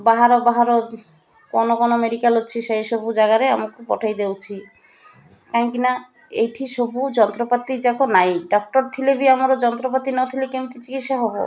ବାହାର ବାହାର କ'ଣ କ'ଣ ମେଡ଼ିକାଲ ଅଛି ସେଇସବୁ ଜାଗାରେ ଆମକୁ ପଠାଇ ଦେଉଛି କାହିଁକିନା ଏଇଠି ସବୁ ଯନ୍ତ୍ରପାତି ଯାକ ନାଇଁ ଡକ୍ଟର ଥିଲେ ବି ଆମର ଯନ୍ତ୍ରପାତି ନଥିଲେ କେମିତି ଚିକିତ୍ସା ହବ